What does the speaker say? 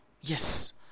yes